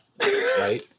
Right